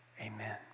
Amen